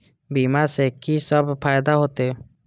बीमा से की सब फायदा होते?